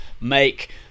make